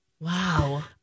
Wow